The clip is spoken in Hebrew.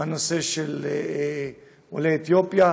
עולי אתיופיה.